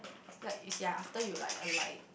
like you see ah after you like alight like